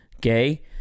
gay